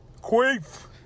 Queef